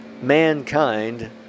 mankind